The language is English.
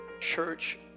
Church